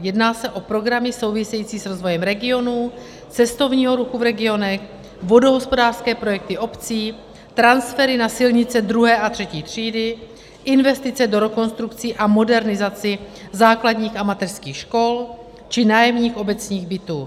Jedná se o programy související s rozvojem regionů, cestovního ruchu v regionech, vodohospodářské projekty obcí, transfery na silnice druhé a třetí třídy, investice do rekonstrukcí a modernizací základních a mateřských škol či nájemních obecních bytů.